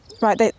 right